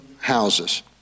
houses